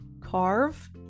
carve